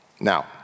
Now